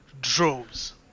droves